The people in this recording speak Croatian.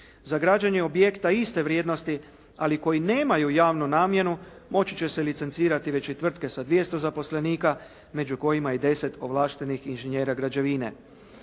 Za građenje objekta iste vrijednosti, ali koji nemaju javnu namjenu, moći će se licencirati već i tvrtke sa 200 zaposlenika, među kojima i 10 ovlaštenih inženjera građevine.